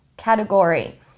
Category